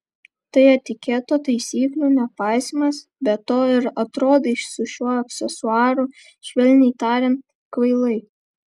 tai etiketo taisyklių nepaisymas be to ir atrodai su šiuo aksesuaru švelniai tariant kvailai